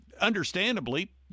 understandably